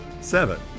Seven